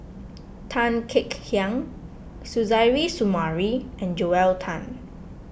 Tan Kek Hiang Suzairhe Sumari and Joel Tan